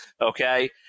Okay